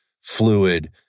fluid